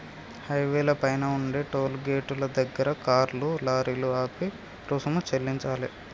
హైవేల పైన ఉండే టోలు గేటుల దగ్గర కార్లు, లారీలు ఆపి రుసుము చెల్లించాలే